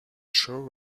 show